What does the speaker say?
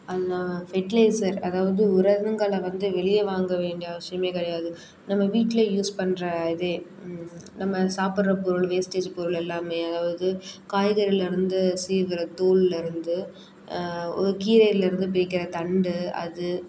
அதெலாம் ஃபெர்டிலைசர் அதாவது உரங்களை வந்து வெளியே வாங்க வேண்டிய அவசியமே கிடையாது நம்ம வீட்டில யூஸ் பண்ணுற இதே நம்ம சாப்பிட்ற பொருள் வேஸ்டேஜ் பொருள் எல்லாமே அதாவது காய்கறியிலேருந்து சீவுகிற தோல்லேயிருந்து ஒரு கீரையிலேருந்து பிக்கிற தண்டு அது